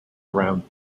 around